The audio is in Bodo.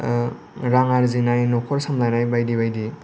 रां आजिनाय नखर सामलायनाय बायदि बायदि